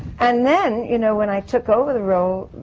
and then, you know, when i took over the role.